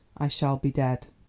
i shall be dead.